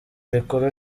rikuru